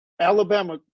Alabama